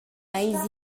eis